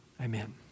Amen